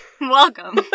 Welcome